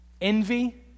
envy